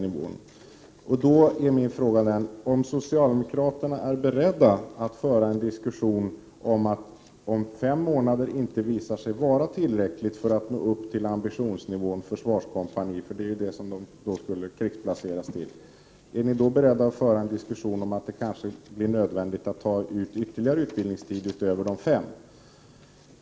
Min fråga är följande: Om socialdemokraterna är beredda att föra en diskussion om att fem månader kanske inte visar sig vara tillräckligt för att man skall nå upp till ambitionsnivån försvarskompani — det är ju i försvarskompani som dessa värnpliktiga skall krigsplaceras — är ni då beredda att föra en diskussion om att ta i anspråk utbildningstid utöver de fem månaderna?